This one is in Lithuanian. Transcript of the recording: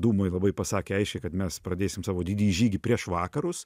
dūmoj labai pasakė aiškiai kad mes pradėsim savo didįjį žygį prieš vakarus